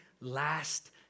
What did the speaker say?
last